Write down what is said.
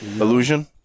Illusion